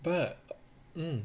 but mm